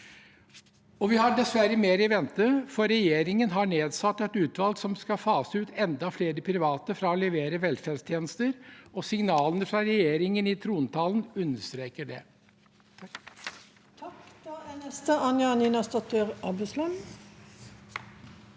Vi har dessverre mer i vente, for regjeringen har nedsatt et utvalg som skal fase ut enda flere private fra å levere velferdstjenester. Signalene fra regjeringen i trontalen understreker det.